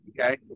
Okay